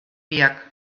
biak